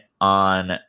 on